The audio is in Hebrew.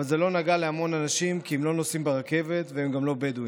אבל זה לא נגע להמון אנשים כי הם לא נוסעים ברכבת והם גם לא בדואים.